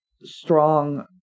strong